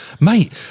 mate